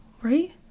right